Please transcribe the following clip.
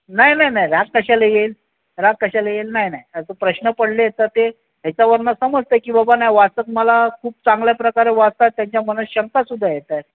नाही नाही नाही राग कशाला येईल राग कशाला येईल नाही नाही आता प्रश्न पडले तर ते ह्याच्यावरून समजते की बाबा नाही वाचक मला खूप चांगल्याप्रकारे वाचतात त्यांच्या मनात शंका सुद्धा येत आहेत